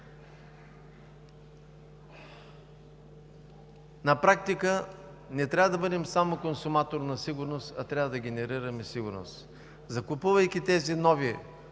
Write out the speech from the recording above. На практика не трябва да бъдем само консуматор на сигурност, а трябва да генерираме сигурност. Закупувайки тези нови